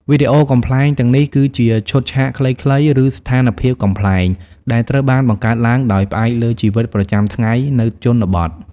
វីដេអូកំប្លែងទាំងនេះគឺ ជាឈុតឆាកខ្លីៗ ឬស្ថានភាពកំប្លែង ដែលត្រូវបានបង្កើតឡើងដោយផ្អែកលើជីវិតប្រចាំថ្ងៃនៅជនបទ។